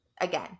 again